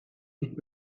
niet